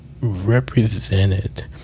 represented